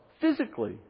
physically